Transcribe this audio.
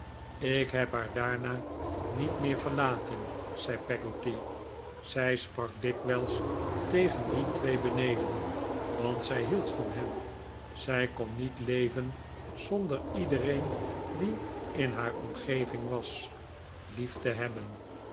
ik heb haar daarna niet meer verlaten zei peggotty zij sprak dikwijls tegen die twee beneden want zij hield van hen zij kon niet leven zonder iedereen die in haar omgeving was lief te hebben